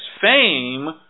fame